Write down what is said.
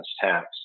tax